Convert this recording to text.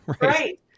Right